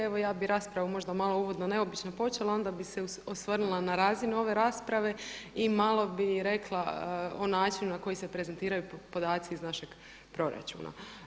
Evo ja bih raspravu možda malo uvodno neobično počela, onda bih se osvrnula na razinu ove rasprave i malo bi rekla o načinu na koji se prezentiraju podaci iz našeg proračuna.